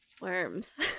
worms